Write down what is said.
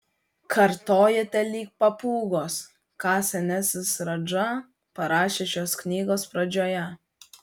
kartojate lyg papūgos ką senasis radža parašė šios knygos pradžioje